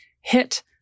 hit